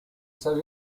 stati